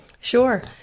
Sure